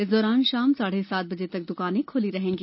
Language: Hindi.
इस दौरान शाम साढ़े सात बजे तक दुकानें खुली रहेंगी